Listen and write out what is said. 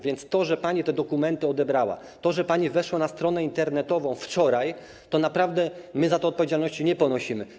Więc to, że pani te dokumenty odebrała, to, że pani weszła na stronę internetową wczoraj, to naprawdę my za to odpowiedzialności nie ponosimy.